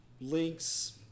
links